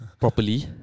properly